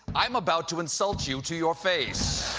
i'm about to insult you to your face.